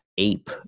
ape